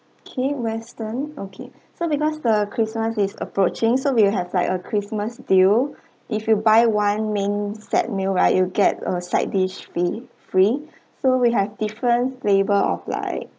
okay western okay so because the christmas is approaching so we will have like a christmas deal if you buy one meal set meal right you get a side dish fee free so we have different flavour of like